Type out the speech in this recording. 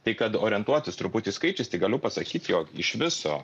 tai kad orientuotis truputį skaičiais tai galiu pasakyt jog iš viso